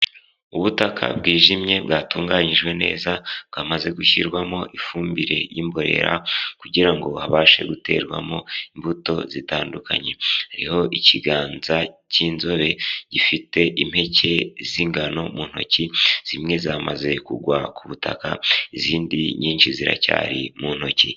Ubutaka bwijimye bwatunganjwe neza, bwamaze gushyirwamo ifumbire y'imborera kugira ngo habashe guterwamo imbuto zitandukanye, hariho ikiganza cy'inzobe gifite impeke z'ingano mu ntoki, zimwe zamaze kugwa ku butaka, izindi nyinshi ziracyari mu ntoki.